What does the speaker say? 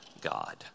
God